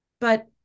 but-